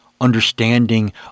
understanding